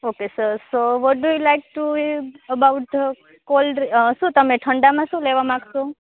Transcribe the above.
okay sir so what do you like to about the શું તમે ઠંડામાં શું લેવા માગશો